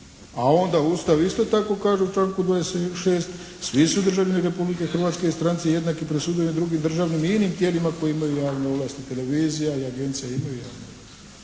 A onda Ustav isto tako kaže u članku 26.: "Svi su državljani Republike Hrvatske i stranci jednaki pred sudovima i drugim državnim i inim tijelima koje imaju javne ovlasti". Televizija i agencija imaju javne ovlasti.